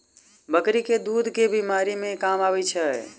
बकरी केँ दुध केँ बीमारी मे काम आबै छै?